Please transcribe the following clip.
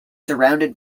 surrounded